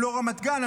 הם לא רמת גן,